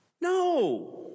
No